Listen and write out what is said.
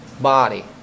body